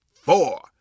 four